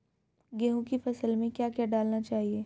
गेहूँ की फसल में क्या क्या डालना चाहिए?